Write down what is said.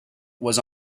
was